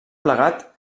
plegat